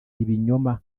ibinyoma